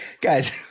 Guys